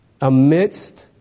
amidst